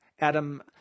Adam